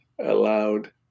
allowed